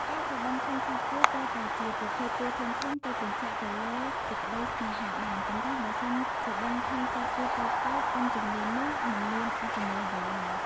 ការសុបិនឃើញសត្វពស់ទាល់តែជាប្រភេទពស់ធំៗ ទើបបញ្ជាក់ទៅលើ សេចក្តីសេ្នហាបាន ប៉ុន្តែបើសិនសុបិនឃើញសត្វពស់តូចៗប៉ុនជន្លេននោះ មិន មានអត្ថន័យអ្វីឡើយ។